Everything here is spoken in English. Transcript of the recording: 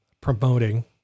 promoting